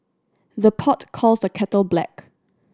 the pot calls the kettle black